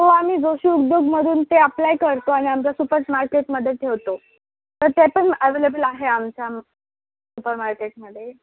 हो आम्ही जोशी उद्योगमधून ते अप्लाय करतो आणि आमच्या सुपर्समार्केटमध्ये ठेवतो तर ते पण अवेलेबल आहे आमच्या सुपरमार्केटमध्ये